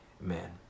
amen